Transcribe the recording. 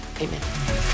Amen